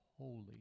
Holy